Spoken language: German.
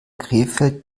krefeld